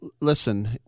listen